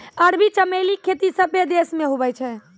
अरबी चमेली खेती सभ्भे देश मे हुवै छै